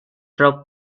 rock